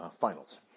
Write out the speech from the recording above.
finals